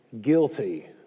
Guilty